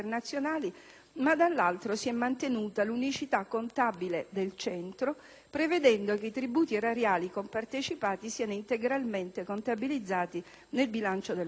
ma, dall'altro, si è mantenuta l'unicità contabile del "Centro", prevedendo che i tributi erariali compartecipati siano integralmente contabilizzati nel bilancio dello Stato.